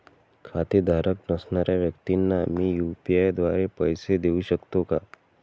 खातेधारक नसणाऱ्या व्यक्तींना मी यू.पी.आय द्वारे पैसे देऊ शकतो का?